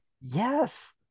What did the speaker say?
Yes